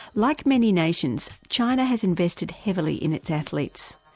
like many nations, china has invested heavily in its athletes,